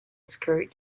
skirt